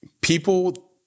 People